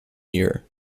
year